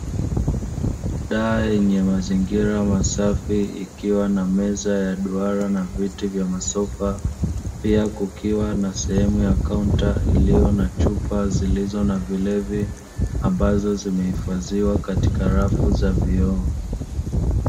Baa yenye mazingira masafi ikiwa na meza ya duara na viti vya masofa, pia kukiwa na sehemu ya kaunta iliyo na chupa zilizo na vilevi, ambazo zimehifadhiwa katika rafu za vioo.